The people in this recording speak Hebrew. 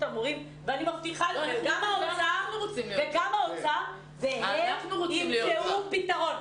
המורים והאוצר ואני מבטיחה לכם שהם ימצאו פתרון.